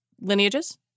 lineages